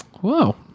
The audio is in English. Whoa